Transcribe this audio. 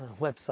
website